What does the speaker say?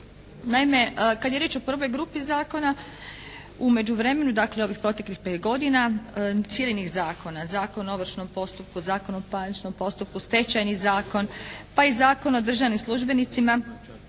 Naime, kad je riječ o prvoj grupi zakona u međuvremenu dakle ovih proteklih 5 godina cijeli niz zakona, Zakon o ovršnom postupku, Zakon o parničnom postupku, Stečajni zakon, pa i Zakon o državnim službenicima